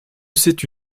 cette